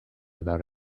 about